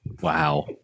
wow